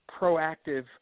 proactive